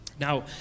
Now